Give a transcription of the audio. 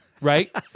Right